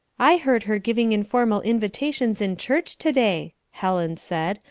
i heard her giving informal invitations in church to-day, helen said,